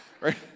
right